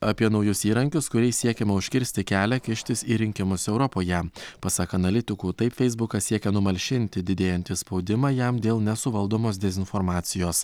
apie naujus įrankius kuriais siekiama užkirsti kelią kištis į rinkimus europoje pasak analitikų taip feisbukas siekia numalšinti didėjantį spaudimą jam dėl nesuvaldomos dezinformacijos